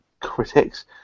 critics